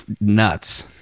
nuts